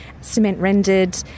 cement-rendered